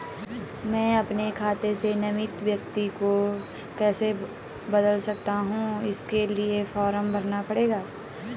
मैं अपने खाते से नामित व्यक्ति को कैसे बदल सकता हूँ इसके लिए फॉर्म भरना पड़ेगा?